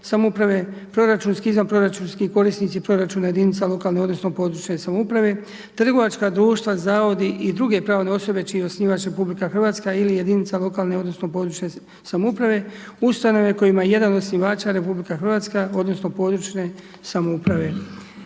samouprave, proračunski, izvanproračunski, korisnici proračuna jedinica lokalne odnosno područne samouprave, trgovačka društva, zavodi i druge pravne osobe čiji je osnivač RH ili jedinica lokalne odnosno područne samouprave, ustanove kojima je jedan od osnivača RH odnosno područne samouprave.